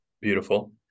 Beautiful